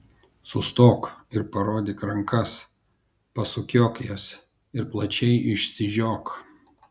sustok ir parodyk rankas pasukiok jas ir plačiai išsižiok